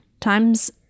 Time's